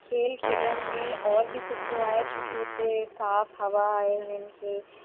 खेलु खेॾण में और बि सुठो आहे छो कि हुते साफ़ु हवा आहे उन्हनि खे